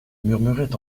murmurait